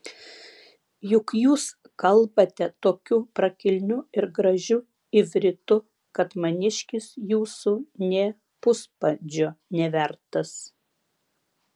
juk jūs kalbate tokiu prakilniu ir gražiu ivritu kad maniškis jūsų nė puspadžio nevertas